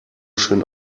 schön